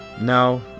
No